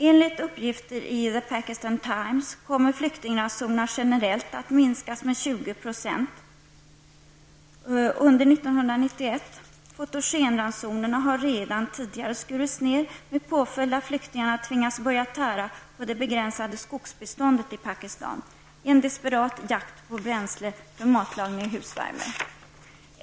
Enligt uppgifter i The Pakistan Times kommer flyktingransonerna generellt att minskas med 20 % under 1991. Fotogenransonerna har redan tidigare skurits ned, med påföljd att flyktingarna, i en desperat jakt på bränsle för matlagning och husvärme, har tvingats börja tära på det begränsade skogsbeståndet i Pakistan.